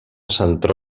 sector